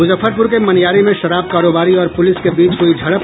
मुजफ्फरपुर के मनियारी में शराब कारोबारी और पुलिस के बीच हुयी झड़प